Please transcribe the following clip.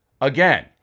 Again